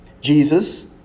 Jesus